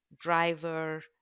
driver